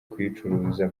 kuyicuruza